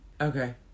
okay